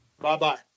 Bye-bye